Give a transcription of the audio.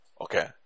Okay